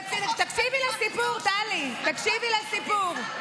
תקשיבי לסיפור, טלי, תקשיבי לסיפור.